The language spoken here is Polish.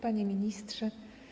Panie Ministrze!